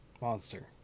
monster